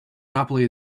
monopoly